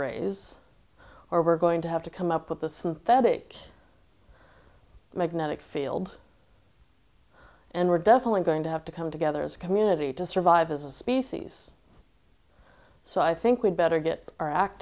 rays or we're going to have to come up with a synthetic magnetic field and we're definitely going to have to come together as a community to survive as a species so i think we'd better get our act